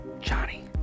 Johnny